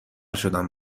شدم